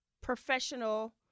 professional